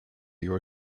your